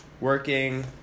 Working